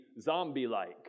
zombie-like